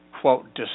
quote